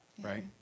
Right